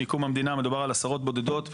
מקום המדינה מדובר על עשרות בודדות.